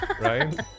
Right